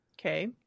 Okay